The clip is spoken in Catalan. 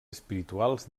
espirituals